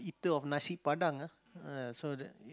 eater of Nasi-Padang ah uh so the